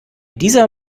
dieser